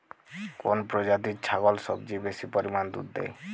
কোন প্রজাতির ছাগল সবচেয়ে বেশি পরিমাণ দুধ দেয়?